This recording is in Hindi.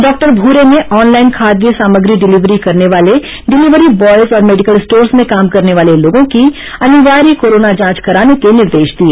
डॉक्टर मूरे ने ऑनलाइन खाद्य सामग्री डिलीवरी करने वाले डिलवरी बॉयज और मेडिकल स्टोर्स में काम करने वाले लोगों की अनिवार्य कोरोना जांच कराने के निर्देश दिए